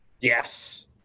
yes